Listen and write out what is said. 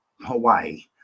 Hawaii